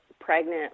pregnant